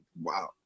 wow